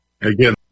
Again